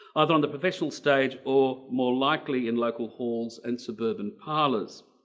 either on the professional stage or more likely in local halls and suburban parlors.